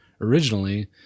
originally